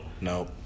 Nope